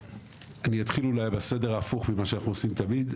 אני אתחיל אולי בסדר ההפוך ממה שאנחנו עושים תמיד.